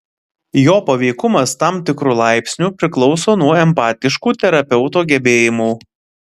jo paveikumas tam tikru laipsniu priklauso nuo empatiškų terapeuto gebėjimų